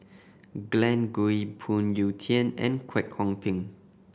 Glen Goei Phoon Yew Tien and Kwek Hong Png